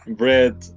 bread